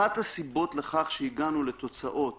אחת הסיבות לכך שהגענו לתוצאות